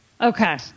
Okay